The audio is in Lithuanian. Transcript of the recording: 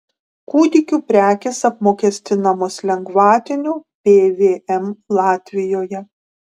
kūdikių prekės apmokestinamos lengvatiniu pvm latvijoje